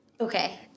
Okay